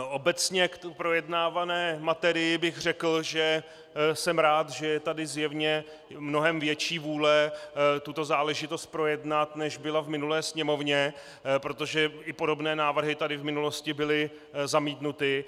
Obecně k projednávané materii bych řekl, že jsem rád, že je tady zjevně mnohem větší vůle tuto záležitost projednat, než byla v minulé Sněmovně, protože i podobné návrhy tady v minulosti byly zamítnuty.